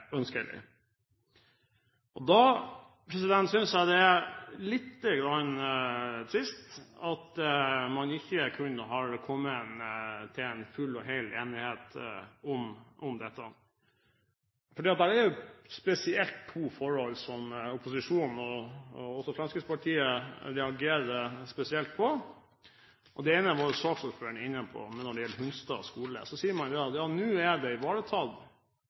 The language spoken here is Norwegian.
ønskelig. Jeg synes det er litt trist at man ikke har kunnet komme til full enighet om dette. Det er to forhold opposisjonen, og Fremskrittspartiet, reagerer spesielt på. Det ene var saksordføreren inne på, Hunstad skole. Man sier at nå er det ivaretatt. Jeg er ikke enig i at det er ivaretatt i dag. Når man vet at dette er